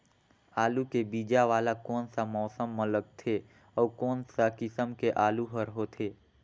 आलू के बीजा वाला कोन सा मौसम म लगथे अउ कोन सा किसम के आलू हर होथे?